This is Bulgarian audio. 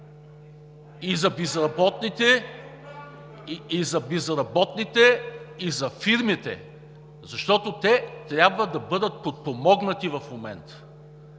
и за безработните, и за фирмите. Защото те трябва да бъдат подпомогнати в момента.